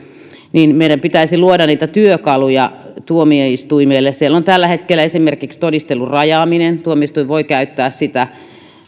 niin meidän pitäisi luoda niitä työkaluja tuomioistuimille siellä on tällä hetkellä esimerkiksi todistelun rajaaminen tuomioistuin voi käyttää sitä